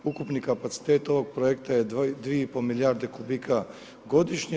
Ukupni kapacitet ovog projekta je 2,5 milijarde kubika godišnje.